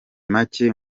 make